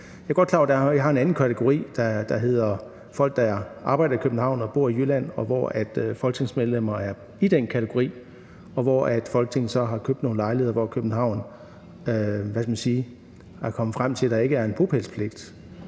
der er en anden kategori, der indbefatter folk, der arbejder i København og bor i Jylland, og at folketingsmedlemmer tilhører den kategori. Folketinget har så købt lejligheder, og man er i København kommet frem til, at der ikke er en bopælspligt.